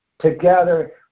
together